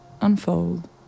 unfold